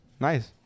nice